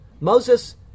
Moses